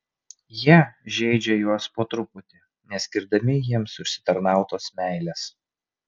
jie žeidžia juos po truputį neskirdami jiems užsitarnautos meilės